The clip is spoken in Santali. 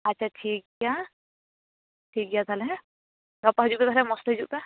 ᱟᱪᱷᱟ ᱴᱷᱤᱠ ᱜᱮᱭᱟᱻ ᱴᱷᱤᱠᱜᱮᱭᱟ ᱛᱟᱦᱮᱞᱮ ᱦᱮᱸ ᱜᱟᱯᱟ ᱦᱤᱡᱩᱜ ᱯᱮ ᱛᱟᱦᱮᱞᱮ ᱢᱚᱡᱽ ᱛᱮ ᱦᱤᱡᱩᱜ ᱯᱮ